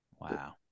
wow